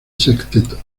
sexteto